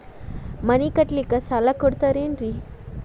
ಮನಿ ಕಟ್ಲಿಕ್ಕ ಸಾಲ ಕೊಡ್ತಾರೇನ್ರಿ?